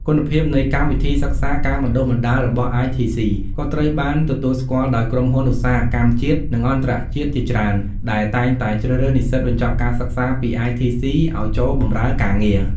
គុណភាពនៃកម្មវិធីសិក្សាការបណ្តុះបណ្តាលរបស់ ITC ក៏ត្រូវបានទទួលស្គាល់ដោយក្រុមហ៊ុនឧស្សាហកម្មជាតិ និងអន្តរជាតិជាច្រើន ដែលតែងតែជ្រើសរើសនិស្សិតបញ្ចប់ការសិក្សាពី ITC ឱ្យចូលបម្រើការងារ។